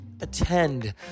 attend